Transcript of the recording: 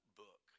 book